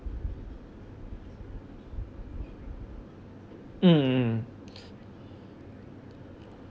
mm mm